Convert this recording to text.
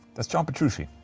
that's john petrucci